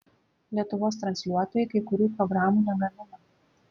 lietuvos transliuotojai kai kurių programų negamina